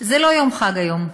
זה לא יום חג היום.